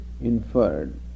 inferred